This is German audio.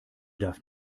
darf